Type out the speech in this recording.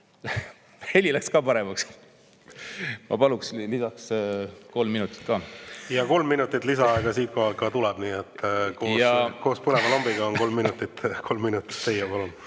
Heli läks ka paremaks. (Naerab.) Ma palun lisaks kolm minutit. Kolm minutit lisaaega siit ka tuleb, nii et koos põleva lambiga on kolm minutit teie.